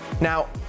Now